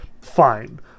Fine